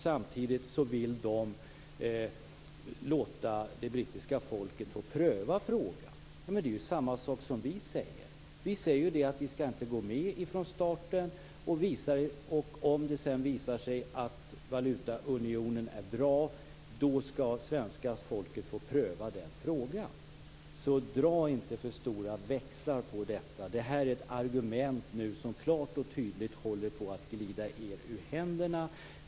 Samtidigt vill de låta det brittiska folket pröva frågan. Det är samma sak som vi säger. Vi säger att vi inte skall gå med från starten. Om det sedan visar sig att valutaunionen är bra skall svenska folket få pröva frågan. Dra inte för stora växlar på detta. Det är ett argument som klart och tydligt håller på att glida er ur händerna.